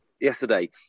yesterday